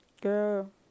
girl